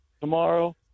tomorrow